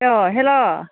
अह हेल'